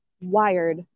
wired